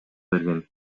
берген